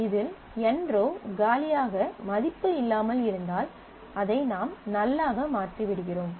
இதில் nrow காலியாக மதிப்பு இல்லாமல் இருந்தால் அதை நாம் நல் ஆக மாற்றி விடுகிறோம்